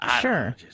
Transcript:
Sure